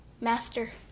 master